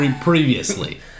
previously